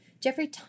Jeffrey